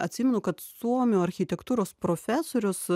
atsimenu kad suomių architektūros profesorius